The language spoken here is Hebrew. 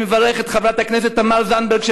אני מברך את חברת הכנסת תמר זנדברג,